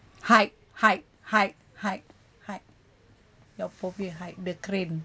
hide hide hide hide hide your phobia hide